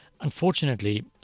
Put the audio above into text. Unfortunately